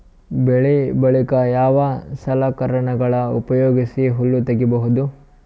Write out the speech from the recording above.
ಬೆಳಿ ಬಳಿಕ ಯಾವ ಸಲಕರಣೆಗಳ ಉಪಯೋಗಿಸಿ ಹುಲ್ಲ ತಗಿಬಹುದು?